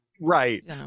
Right